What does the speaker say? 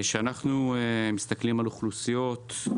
כשאנחנו מסתכלים על אוכלוסיות,